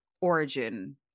origin